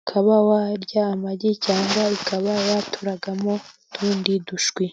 ukaba warya amagi cyangwa ikaba yaturagamo utundi dushwi.